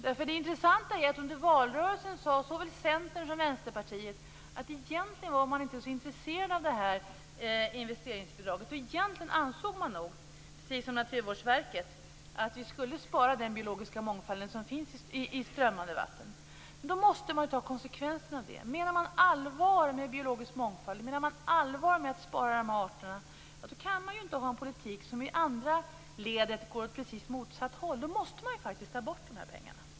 Det intressanta är att under valrörelsen sade såväl Centern som Vänsterpartiet att man egentligen inte var så intresserad av det här investeringsbidraget. Egentligen ansåg man nog precis som Naturvårdsverket att vi skulle spara den biologiska mångfald som finns i strömmande vatten. Då måste man ta konsekvenserna av det. Menar man allvar med biologisk mångfald och med att spara de här arterna, kan man inte ha en politik som i andra ledet går åt precis motsatt håll. Man måste då faktiskt dra in de här pengarna.